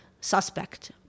suspect